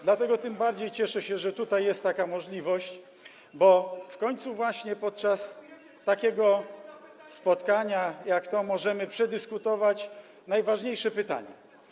Dlatego tym bardziej cieszę się, że tutaj jest taka możliwość, bo właśnie podczas takiego spotkania jak to spotkanie możemy przedyskutować najważniejsze kwestie.